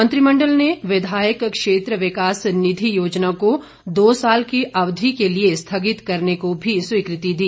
मंत्रिमंडल ने विधायक क्षेत्र विकास निधि योजना को दो साल की अवधि के लिए स्थगित करने को भी स्वीकृति दी